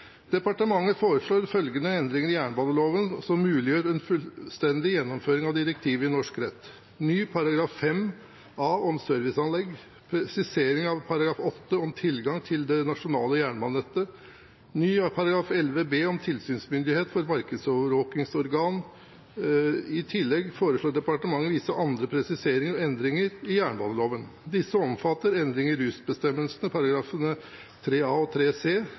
Departementet foreslår følgende endringer i jernbaneloven som muliggjør en fullstendig gjennomføring av direktivet i norsk rett: ny § 5 a om serviceanlegg presisering av § 8 om tilgang til det nasjonale jernbanenettet ny § 11 b om tilsynsmyndigheten som markedsovervåkingsorgan I tillegg foreslår departementet visse andre presiseringer og endringer i jernbaneloven. Disse omfatter: endringer i rusbestemmelsene i §§ 3 a og 3 c